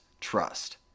trust